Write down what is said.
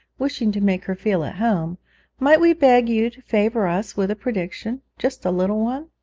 wishing to make her feel at home might we beg you to favour us with a prediction just a little one